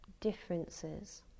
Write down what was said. differences